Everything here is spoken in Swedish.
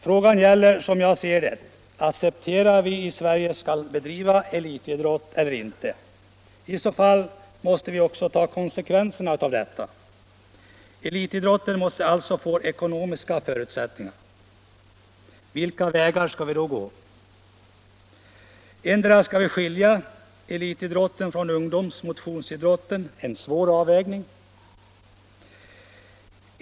Frågan gäller som jag ser det: Accepterar vi att Sverige skall bedriva elitidrott eller inte? Om vi accepterar det måste vi också ta konsekvenserna därav. Elitidrotten måste alltså få ekonomiska förutsättningar. Vilka vägar skall vi då gå? En väg är att skilja elitidrotten från ungdomsoch motionsidrotten. Det är en svår avvägning.